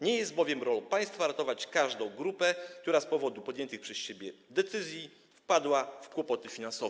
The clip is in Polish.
Nie jest bowiem rolą państwa ratować każdą grupę, która z powodu podjętych przez siebie decyzji wpadła w kłopoty finansowe.